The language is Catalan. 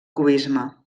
cubisme